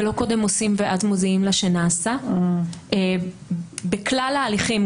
ולא קודם עושים ואז מודיעים לה שנעשה בכלל ההליכים.